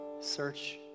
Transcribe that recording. Search